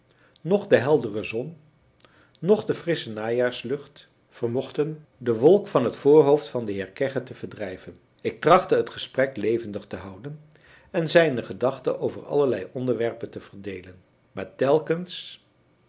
noch de heldere zon noch de frissche najaarslucht vermochten de wolk van het voorhoofd van den heer kegge te verdrijven ik trachtte het gesprek levendig te houden en zijne gedachten over allerlei onderwerpen te verdeelen maar telkens